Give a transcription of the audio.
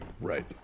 Right